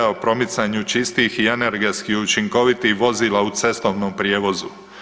EZ-a o promicanju čistih i energetski učinkovitih vozila u cestovnom prijevozu.